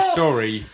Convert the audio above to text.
sorry